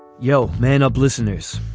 yo, man up listeners.